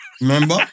Remember